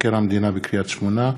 מבקר המדינה בקריית-שמונה.